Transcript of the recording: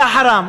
יא חראם,